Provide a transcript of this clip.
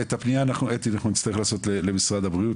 את הפניה, אתי, אנחנו נצטרך לעשות למשרד הבריאות.